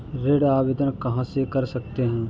ऋण आवेदन कहां से कर सकते हैं?